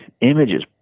images